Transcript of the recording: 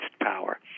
power